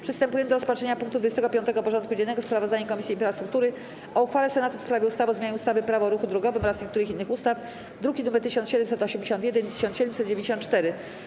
Przystępujemy do rozpatrzenia punktu 25. porządku dziennego: Sprawozdanie Komisji Infrastruktury o uchwale Senatu w sprawie ustawy o zmianie ustawy - Prawo o ruchu drogowym oraz niektórych innych ustaw (druki nr 1781 i 1794)